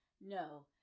no